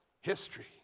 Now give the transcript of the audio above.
history